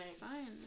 Fine